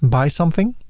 buy something,